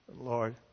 Lord